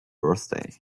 birthday